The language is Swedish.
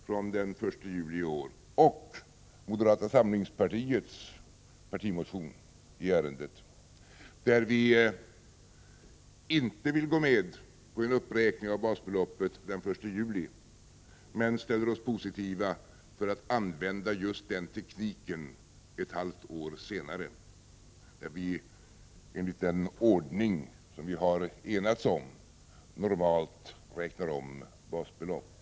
från den 1 juli i år och moderata samlingspartiets partimotion i ärendet, av vilken framgår att vi inte vill gå med på en uppräkning av basbeloppet från den 1 juli men att vi ställer oss positiva till just den tekniken ett halvt år senare, när vi enligt den ordning som vi enats om normalt räknar om basbeloppen.